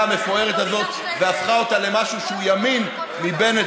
המפוארת הזאת והפכה אותה למשהו שהוא ימין מבנט,